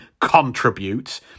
contribute